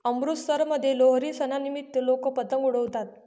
अमृतसरमध्ये लोहरी सणानिमित्त लोक पतंग उडवतात